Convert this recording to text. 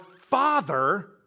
father